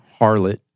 harlot